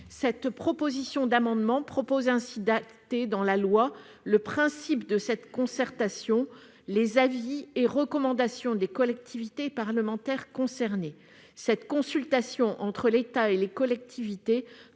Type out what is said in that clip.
Cet amendement a pour objet d'acter dans la loi le principe de cette concertation et les avis et recommandations des collectivités et parlementaires concernés. Cette consultation entre l'État et les collectivités